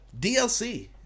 DLC